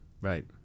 Right